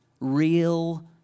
real